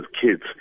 kids